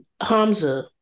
Hamza